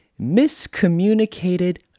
miscommunicated